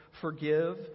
Forgive